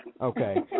Okay